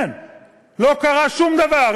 לא קרה שום דבר.